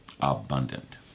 abundant